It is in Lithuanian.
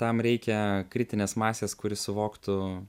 tam reikia kritinės masės kuri suvoktų